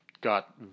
got